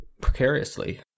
precariously